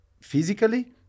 physically